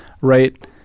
right